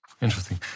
Interesting